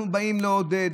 אנחנו באים לעודד,